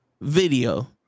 video